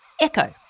echo